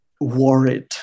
worried